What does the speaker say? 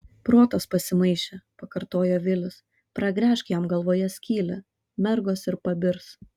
protas pasimaišė pakartojo vilis pragręžk jam galvoje skylę mergos ir pabirs